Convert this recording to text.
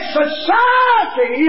society